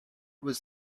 was